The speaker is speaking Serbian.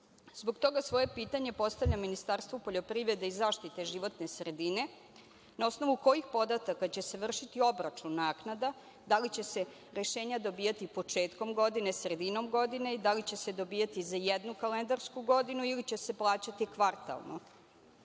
Zbog toga svoje pitanje postavljam Ministarstvu poljoprivrede i zaštite životne sredine – na osnovu kojih podataka će se vršiti obračun naknada, da li će se rešenja dobijati početkom godine, sredinom godine, da li će se dobijati za jednu kalendarsku godinu ili će se plaćati